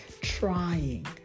trying